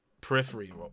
periphery